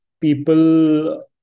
People